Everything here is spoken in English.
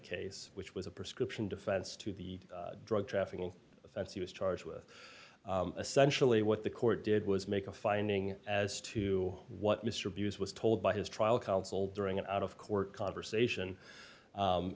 case which was a prescription defense to the drug trafficking offense he was charged with essential a what the court did was make a finding as to what mr abuse was told by his trial counsel during an out of court conversation